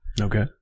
Okay